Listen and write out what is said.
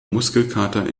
muskelkater